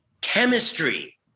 chemistry